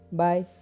bye